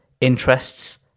interests